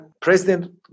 President